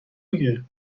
میگه